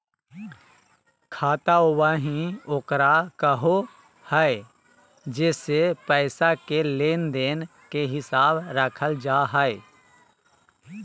खाता बही ओकरा कहो हइ जेसे पैसा के लेन देन के हिसाब रखल जा हइ